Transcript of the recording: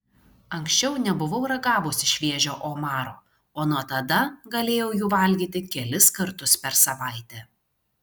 anksčiau nebuvau ragavusi šviežio omaro o nuo tada galėjau jų valgyti kelis kartus per savaitę